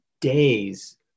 days